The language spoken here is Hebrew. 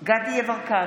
דסטה גדי יברקן,